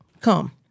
come